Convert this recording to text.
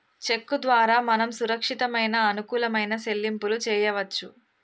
చెక్కు ద్వారా మనం సురక్షితమైన అనుకూలమైన సెల్లింపులు చేయవచ్చు